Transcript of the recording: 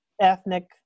ethnic